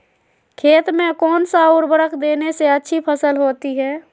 खेत में कौन सा उर्वरक देने से अच्छी फसल होती है?